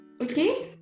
okay